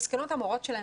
מסכנות המורות שלהן.